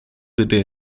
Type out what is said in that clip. wurde